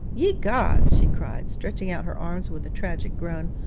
ye gods she cried, stretching out her arms with a tragic groan.